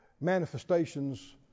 Manifestations